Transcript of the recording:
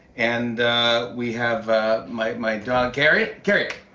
and we have my my dog gary. gary.